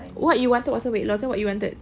what you wanted wasn't weight loss then what you wanted